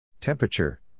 Temperature